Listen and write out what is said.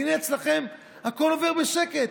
והינה, אצלכם הכול עובר בשקט.